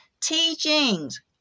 teachings